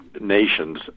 nations